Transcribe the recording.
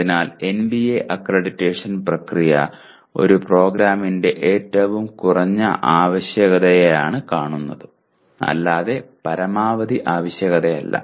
അതിനാൽ NBA accreditation പ്രക്രിയ ഒരു പ്രോഗ്രാമിന്റെ ഏറ്റവും കുറഞ്ഞ ആവശ്യകതയെയാണ് കാണുന്നത് അല്ലാതെ പരമാവധി ആവശ്യകതയല്ല